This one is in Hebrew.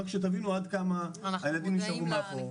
רק שתבינו עד כמה הילדים נשארו מאחור.